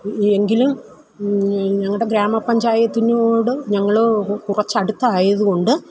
എങ്കിലും ഞങ്ങളുടെ ഗ്രാമ പഞ്ചായത്തിനോട് ഞങ്ങള് കുറച്ചടുത്തായതു കൊണ്ട്